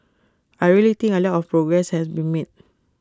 I really think A lot of progress has been made